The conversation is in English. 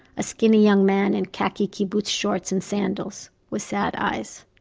a skinny young man in khaki kibbutz shorts and sandals, with sad eyes.